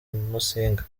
musinga